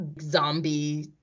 zombie